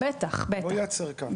זה לא ייעצר כאן.